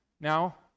Now